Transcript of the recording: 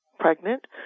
pregnant